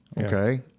okay